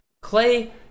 Clay